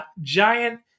giant